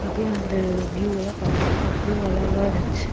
அப்டேயே அந்த வியூ எல்லாம் பார்க்கறக்கு அவ்வளோ அழகா இருந்துச்சு